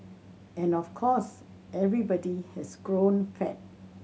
and of course everybody has grown fat